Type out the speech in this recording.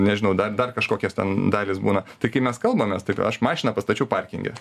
nežinau dar dar kažkokios ten dalys būna tai kai mes kalbamės tai aš mašiną pastačiau parkinge